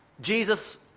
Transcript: Jesus